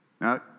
Now